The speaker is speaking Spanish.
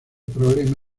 problema